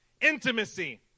intimacy